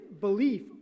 belief